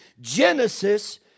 Genesis